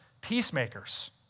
peacemakers